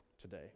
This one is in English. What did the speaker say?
today